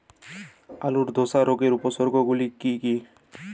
আলুর ধসা রোগের উপসর্গগুলি কি কি?